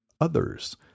others